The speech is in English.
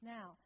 Now